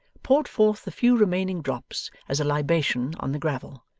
poured forth the few remaining drops as a libation on the gravel,